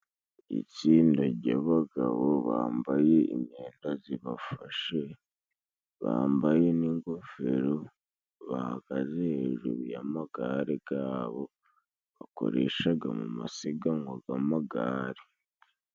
Itsinda ry'abagbo bambaye imyenda zibafashe, bambaye n'ingofero, bahagaze hejuru y'amagare gabo bakoreshaga mu masiganwa g'amagare.